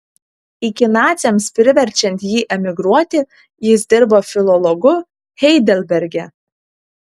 iki naciams priverčiant jį emigruoti jis dirbo filologu heidelberge